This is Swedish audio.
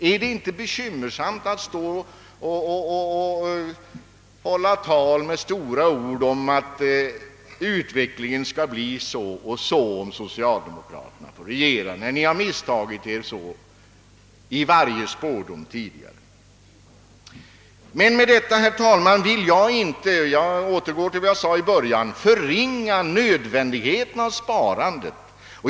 är det inte bekymmersamt att hålla tal med stora ord om att utvecklingen kommer att bli den och den om socialdemokraterna får regera, när ni misstagit er så i varje spådom tidigare? Med detta vill jag inte — jag återkommer till vad jag sade i början — förringa betydelsen av sparandet.